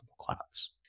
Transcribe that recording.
clouds